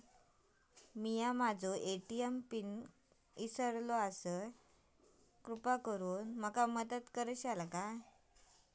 मी माझो ATM pin इसरलो आसा कृपा करुन मदत करताल